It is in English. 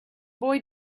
boy